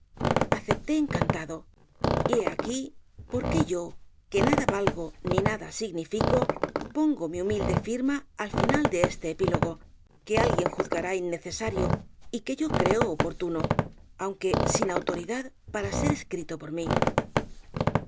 acepté encantado y he aquí por qué yo que nada valgo ni nada significo pongo mi humilde firma al final de este epílogo que alguien juzgará innecesario y que yo creo oportuno aunque sin autoridad por ser escrito por mí